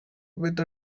with